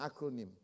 acronym